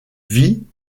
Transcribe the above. vit